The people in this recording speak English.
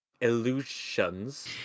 Illusions